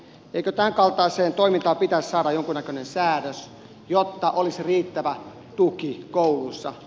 eikö tämänkaltaiseen toimintaan pitäisi saada jonkunnäköinen säädös jotta olisi riittävä tuki kouluissa